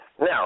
Now